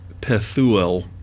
Pethuel